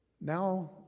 Now